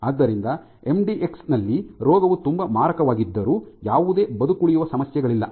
ಆದ್ದರಿಂದ ಎಂಡಿಎಕ್ಸ್ ನಲ್ಲಿ ರೋಗವು ತುಂಬಾ ಮಾರಕವಾಗಿದ್ದರೂ ಯಾವುದೇ ಬದುಕುಳಿಯುವ ಸಮಸ್ಯೆಗಳಿಲ್ಲ